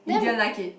you didn't like it